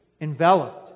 enveloped